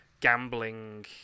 gambling